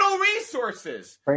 resources